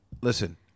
Listen